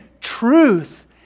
truth